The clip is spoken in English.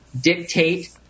dictate